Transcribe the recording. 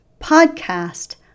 podcast